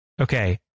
okay